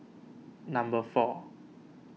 number four